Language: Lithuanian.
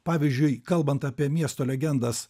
pavyzdžiui kalbant apie miesto legendas